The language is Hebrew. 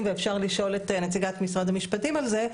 ואפשר לשאול את נציגת משרד המשפטים על זה,